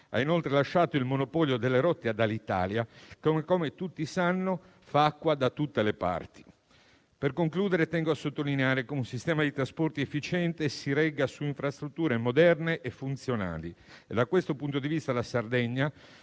ha inoltre lasciato il monopolio delle rotte ad Alitalia che - come tutti sanno - fa acqua da tutte le parti. Per concludere, tengo a sottolineare come un sistema di trasporti efficiente si regga su infrastrutture moderne e funzionali. Da questo punto di vista, la Sardegna